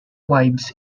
wives